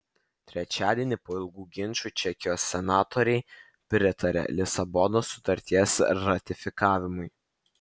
trečiadienį po ilgų ginčų čekijos senatoriai pritarė lisabonos sutarties ratifikavimui